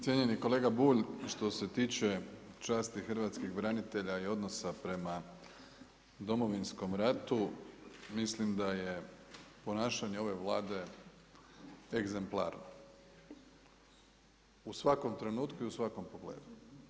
Cijenjeni kolega Bulj, što se tiče časti hrvatskih branitelja i odnosa prema Domovinskom ratu, mislim da je ponašanje ove Vlade exemplar u svakom trenutku i u svakom pogledu.